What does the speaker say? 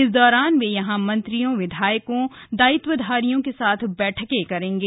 इस दौरान वे यहां मंत्रियों विधायकों दायित्वधारियों के साथ बैठक करेंगे